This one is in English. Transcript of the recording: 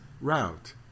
route